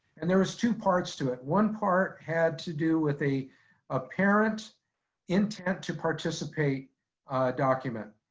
and there was two parts to it. one part had to do with a ah parent intent to participate document,